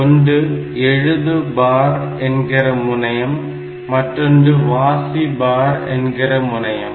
ஒன்று எழுது பார் என்கிற முனையம் மற்றொன்று வாசி பார் என்கிற முனையம்